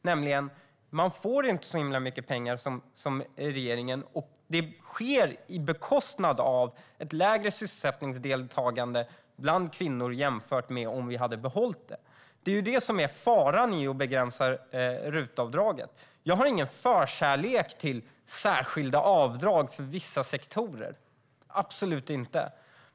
Regeringen får inte in så mycket pengar som förut, och det sker på bekostnad av ett lägre sysselsättningsdeltagande bland kvinnor än om vi inte hade sänkt taket för RUT-avdraget. Detta är faran med att begränsa RUT-avdraget. Jag har ingen förkärlek för särskilda avdrag för vissa sektorer, absolut inte.